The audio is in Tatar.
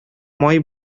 май